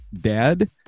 dad